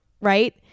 right